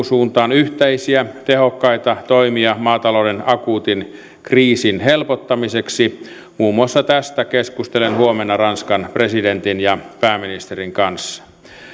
suuntaan yhteisiä tehokkaita toimia maatalouden akuutin kriisin helpottamiseksi muun muassa tästä keskustelen huomenna ranskan presidentin ja pääministerin kanssa